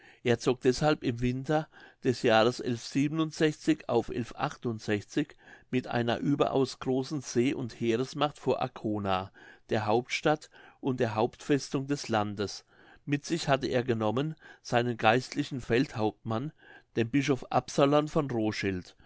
er zog deshalb im winter des jahres auf mit einer überaus großen see und heeres macht vor arkona der hauptstadt und der hauptfestung des landes mit sich hatte er genommen seinen geistlichen feldhauptmann den bischof absalon von roschild